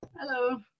Hello